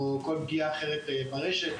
או כל פגיעה אחרת ברשת,